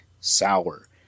sour